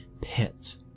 pit